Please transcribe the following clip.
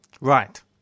Right